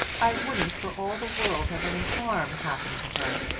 i wouldn't for all the world have any harm happen to her.